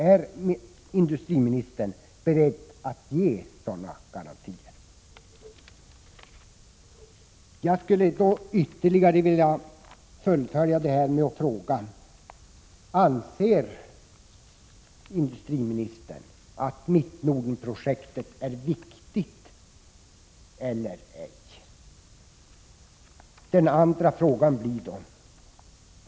Är industriministern beredd att ge sådana garantier? Jag skulle vilja ställa ytterligare några frågor. Anser industriministern att Mittnordenprojektet är viktigt eller ej?